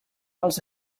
els